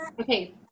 okay